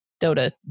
dota